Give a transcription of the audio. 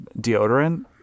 deodorant